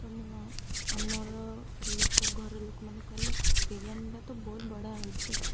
ତ ମୁଁ ଆମର ଲୋକ ଘର ଲୋକମାନେ କହିଲେ ବିରିୟାନୀଟା ତ ବହୁତ ବଢ଼ିଆ ହେଇଛି